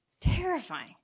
terrifying